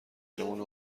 بمونه